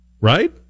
right